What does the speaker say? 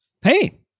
Hey